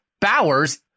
Bowers